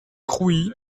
crouy